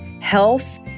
health